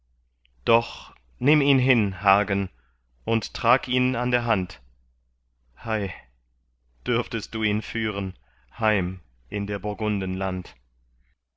doch nimm ihn hin hagen und trag ihn an der hand hei dürftest du ihn führen heim in der burgunden land